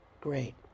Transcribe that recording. great